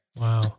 Wow